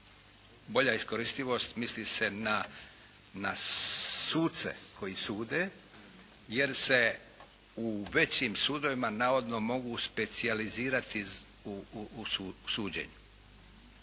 Bolja iskoristivost, misli se na suce koji sude jer se u većim sudovima navodno mogu specijalizirati u suđenju.